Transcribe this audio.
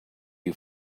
you